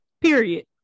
period